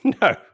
No